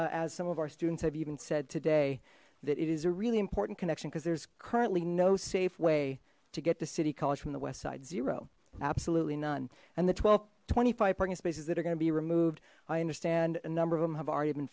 because as some of our students have even said today that it is a really important connection because there's currently no safe way to get to city college from the west side zero absolutely none and the twelve twenty five parking spaces that are going to be removed i understand a number of them have already been